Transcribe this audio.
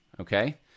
Okay